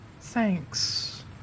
Thanks